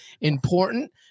important